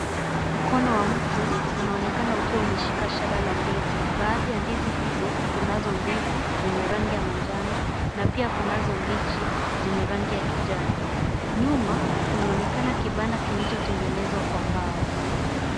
Mkono wa mtu unaonekana ukiwa umeshika shada la ndizi baadhi ya ndizi hizo kunazo mbivu zenye rangi ya majano na pia kunazo mbichi zenye rangi ya kijani, nyuma kunaonekana kibanda kilichotengenzwa kwa mbao.